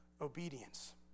obedience